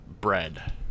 bread